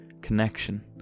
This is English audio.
connection